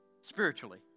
Spiritually